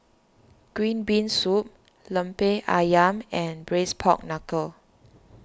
Green Bean Soup Lemper Ayam and Braised Pork Knuckle